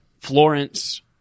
Florence